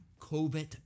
COVID